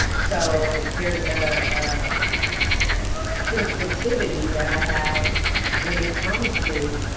so there's a sensitivity that i have when it comes to